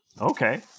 okay